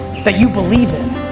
that you believe in.